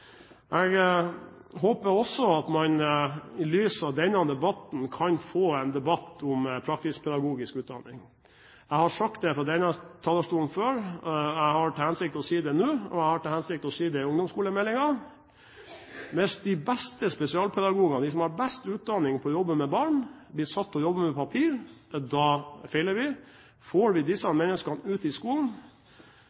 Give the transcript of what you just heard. Jeg håper også at man i lys av denne debatten kan få en debatt om praktisk-pedagogisk utdanning. Jeg har sagt det fra denne talerstolen før, jeg har til hensikt å si det nå, og jeg har til hensikt å si det i forbindelse med ungdomsskolemeldingen, at hvis de beste spesialpedagogene, de som har best utdanning til å jobbe med barn, blir satt til å jobbe med papir, feiler vi. Får vi disse